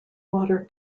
water